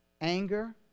anger